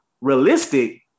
realistic